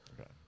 Okay